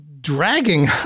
dragging